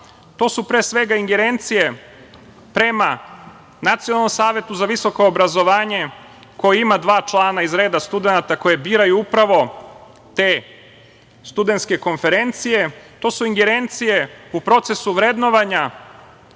To su pre svega ingerencije prema Nacionalnom savetu za visoko obrazovanje, koje ima dva člana iz reda studenata koje biraju upravo te studentske konferencije. To su ingerencije u procesu vrednovanja